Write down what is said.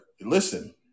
listen